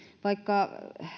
vaikka